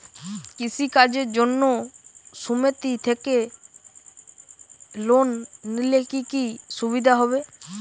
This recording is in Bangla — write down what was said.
কৃষি কাজের জন্য সুমেতি থেকে লোন নিলে কি কি সুবিধা হবে?